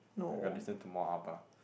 I gotta listen to more Abba